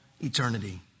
Eternity